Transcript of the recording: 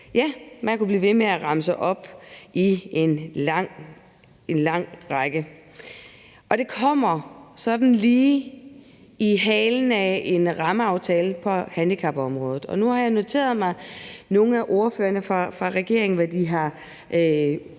Ja, man kunne blive ved med at remse eksempler op i en lang, lang række. Det kommer sådan lige i halen af en rammeaftale på handicapområdet, og nu har jeg noteret mig, hvad nogle af ordførerne fra regeringen har udtrykt